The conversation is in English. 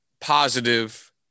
positive